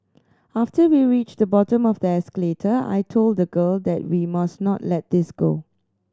after we reached the bottom of the escalator I told the girl that we must not let this go